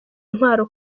ntwaro